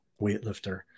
weightlifter